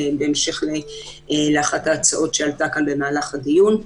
בהמשך לאחת ההצעות שעלתה כאן במהלך הדיון.